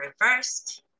reversed